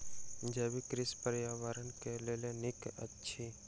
जैविक कृषि पर्यावरण के लेल नीक अछि